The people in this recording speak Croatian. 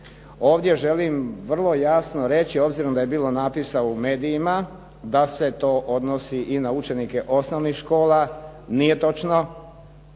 Ovdje želim vrlo jasno reći obzirom da je bilo napisa u medijima da se to odnosi i na učenike osnovnih škola, nije točno.